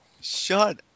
Shut